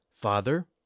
Father